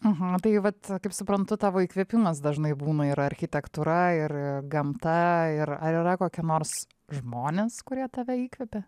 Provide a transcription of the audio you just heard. tai vat kaip suprantu tavo įkvėpimas dažnai būna ir architektūra ir gamta ir ar yra kokia nors žmonės kurie tave įkvepia